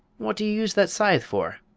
what do you use that scythe for?